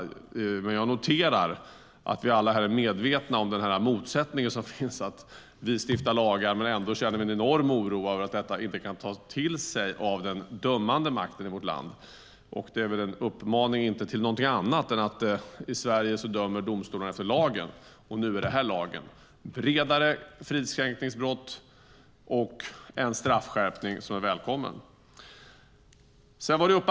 Men jag noterar att vi alla här är medvetna om motsättningen som finns i att vi stiftar lagar men ändå känner en enorm oro för att den dömande makten i vårt land inte kan ta till sig detta. Det är väl en uppmaning till att i Sverige dömer domstolarna efter lagen, och nu är det här lagen - bredare fridskränkningsbrott och en straffskärpning som är välkommen.